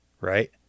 Right